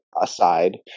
aside